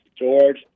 George